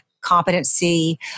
competency